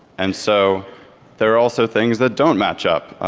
and so there are also things that don't match up.